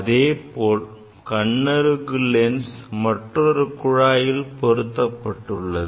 அதே போல் கண்ணருகு லென்ஸ் மற்றொரு குழாயில் பொருத்தப்பட்டு உள்ளது